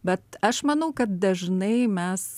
bet aš manau kad dažnai mes